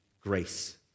grace